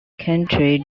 county